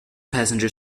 passenger